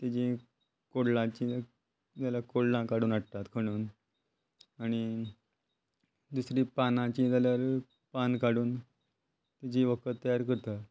ते कोडलाची जाल्यार कोडलां काडून हाडटात खणून आनी दुसरी पानांची जाल्यार पान काडून ताजी वखद तयार करता